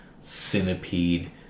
Centipede